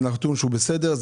זה נתון שהוא בסדר,